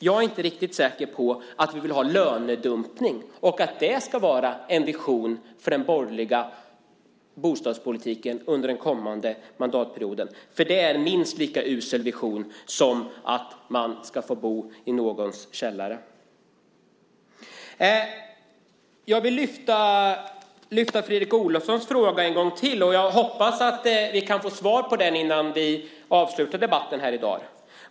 Jag är inte säker på att vi vill ha lönedumpning och att det ska vara en vision för den borgerliga bostadspolitiken under den kommande mandatperioden. Det är en minst lika usel vision som den om att man ska bo i någon annans källare. Jag vill lyfta fram Fredrik Olovssons fråga en gång till. Jag hoppas att vi kan få svar på den innan vi avslutar debatten här i dag.